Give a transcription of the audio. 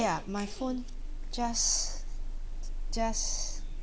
ya my phone just just